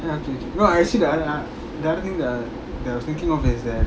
ya actually the the other thing that I was thinking of that is that